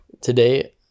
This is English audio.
today